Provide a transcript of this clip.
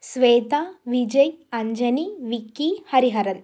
Shweta Vijay Anjani Vicky Hariharan